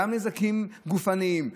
גם נזקים גופניים,